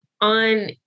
on